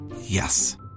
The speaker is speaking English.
Yes